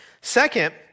Second